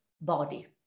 body